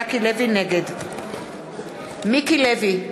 נגד מיקי לוי,